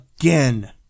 again